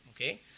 Okay